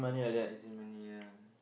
as in when you're